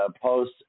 Post